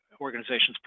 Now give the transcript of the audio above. organization's